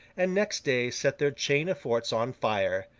and next day set their chain of forts on fire,